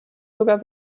sogar